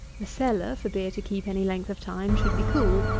the cellar, for beer to keep any length of time, should be cool.